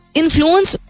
influence